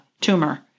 tumor